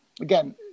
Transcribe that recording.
again